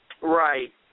Right